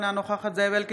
אינה נוכחת זאב אלקין,